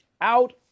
out